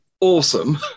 awesome